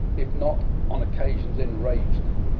if not on occasions enraged them,